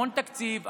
המון תקציב,